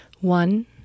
One